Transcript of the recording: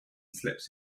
slips